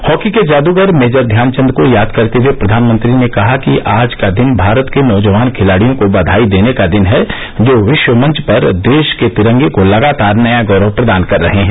hockey के जादूगर major Dhyanchand को याद करते हुए प्रधानमंत्री ने कहा आज का दिन भारत के नौजवान खिलाड़ियों को बधाई देने का है जो विश्व मंच पर देश के तिरंगे को लगातार नया गौरव प्रदान कर रहे हैं